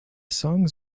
songs